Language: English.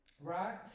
right